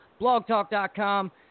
BlogTalk.com